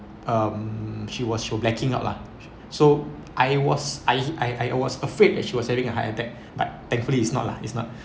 um she was she was blacking out lah so I was I I I was afraid that she was having a heart attack but actually is not lah is not